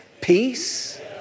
peace